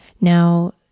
Now